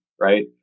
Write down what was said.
right